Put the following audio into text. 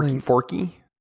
Forky